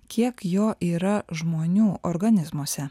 kiek jo yra žmonių organizmuose